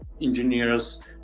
engineers